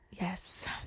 Yes